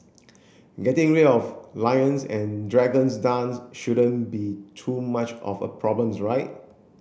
getting rid of lions and dragons dance shouldn't be too much of a problems right